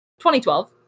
2012